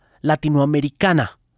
latinoamericana